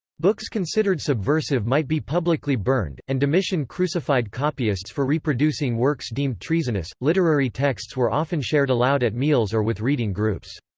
books considered subversive might be publicly burned, and domitian crucified copyists for reproducing works deemed treasonous literary texts were often shared aloud at meals or with reading groups.